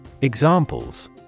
Examples